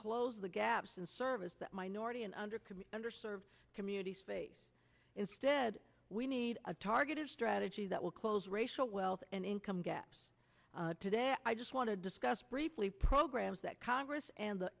close the gaps in service that minority and under commit under served communities face instead we need a targeted strategy that will close racial wealth and income gaps today i just want to discuss briefly programs that congress and the